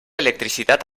electricitat